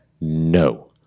No